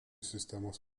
sistemos